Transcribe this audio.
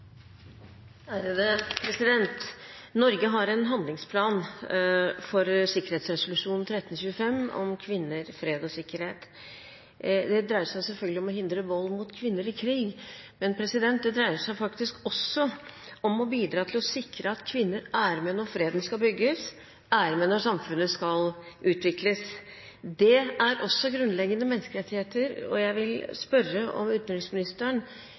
Norge har en handlingsplan for sikkerhetsrådsresolusjon 1325 om kvinner, fred og sikkerhet. Det dreier seg selvfølgelig om å hindre vold mot kvinner i krig, men det dreier seg faktisk også om å bidra til å sikre at kvinner er med når freden skal bygges, er med når samfunnet skal utvikles. Det er også grunnleggende menneskerettigheter, og jeg vil spørre om utenriksministeren